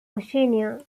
oceania